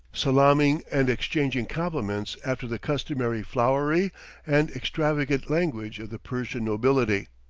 salaaming and exchanging compliments after the customary flowery and extravagant language of the persian nobility.